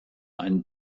einen